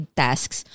tasks